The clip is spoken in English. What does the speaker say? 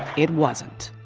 it wasn't.